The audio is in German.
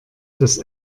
das